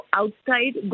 outside